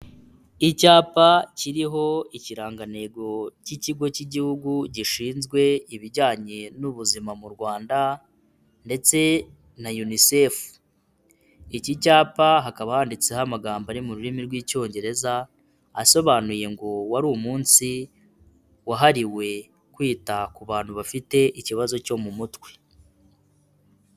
Icyapa kiriho ikirangantego cy'Ikigo cy'Igihugu Gishinzwe Ibijyanye n'Ubuzima mu Rwanda ndetse na Unicef. Iki cyapa hakaba handitseho amagambo ari mu rurimi rw'Icyongereza asobanuye ngo wari umunsi wahariwe kwita ku bantu bafite ikibazo cyo mu mutwe.